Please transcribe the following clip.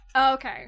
Okay